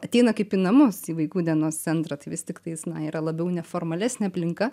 ateina kaip į namus į vaikų dienos centrą tai vis tiktais na yra labiau neformalesnė aplinka